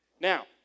Now